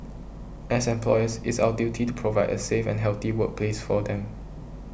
as employers it's our duty to provide a safe and healthy workplace for them